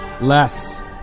less